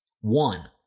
One